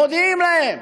מודיעים להם: